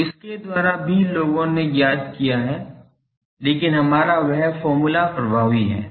तो इसके द्वारा भी लोगों ने ज्ञात किया है लेकिन हमारा वह फॉर्मूला प्रभावी है